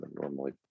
normally